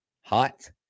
hot